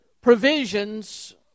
provisions